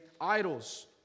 idols